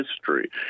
history